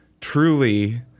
Truly